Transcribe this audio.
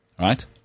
right